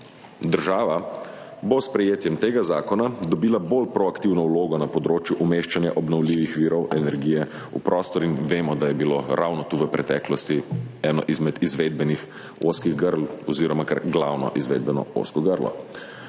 Država bo s sprejetjem tega zakona dobila bolj proaktivno vlogo na področju umeščanja obnovljivih virov energije v prostor in vemo, da je bilo ravno tu v preteklosti eno izmed izvedbenih ozkih grl oziroma kar glavno izvedbeno ozko grlo.